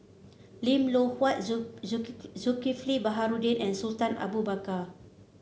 Lim Loh Huat Zulk Zulk Zulkifli Baharudin and Sultan Abu Bakar